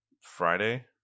Friday